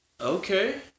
Okay